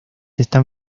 están